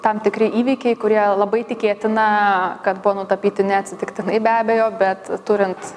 tam tikri įvykiai kurie labai tikėtina kad buvo nutapyti ne atsitiktinai be abejo bet turint